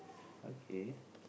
okay